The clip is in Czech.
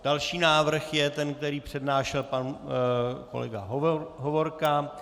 Další návrh je ten, který přednášel pan kolega Hovorka.